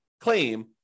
claim